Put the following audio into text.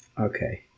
Okay